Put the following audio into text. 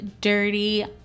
Dirty